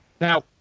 now